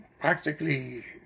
practically